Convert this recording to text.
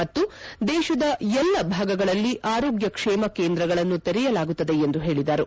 ಮತ್ತು ದೇಶದ ಎಲ್ಲ ಭಾಗಗಳಲ್ಲಿ ಆರೋಗ್ಯ ಕ್ಷೇಮ ಕೇಂದ್ರಗಳನ್ನು ತೆರೆಯಲಾಗುತ್ತದೆ ಎಂದು ಹೇಳಿದರು